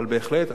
אבל בהחלט,